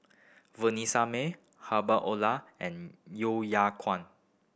Vanessa Mae Herbert and Yo Kwang